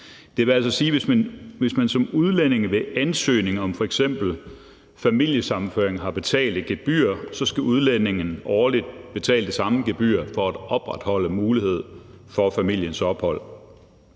Det vil altså sige, at hvis man som udlænding ved ansøgning om f.eks. familiesammenføring har betalt et gebyr, så skal udlændingen årligt betale det samme gebyr for at opretholde mulighed for familiens ophold.